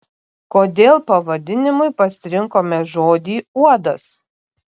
kodėl pavadinimui pasirinkome žodį uodas